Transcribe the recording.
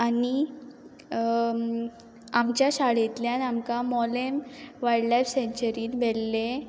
आनी आमच्या शाळेंतल्यान आमच्या शाळेंतल्यान आमकां मोलें वायल्ड लायफ सेंच्युरीन व्हेल्लें